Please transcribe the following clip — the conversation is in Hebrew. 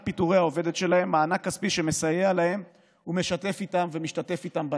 פיטורי עובדת שלהם מענק כספי שמסייע להם ומשתתף איתם בנטל.